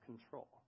control